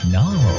now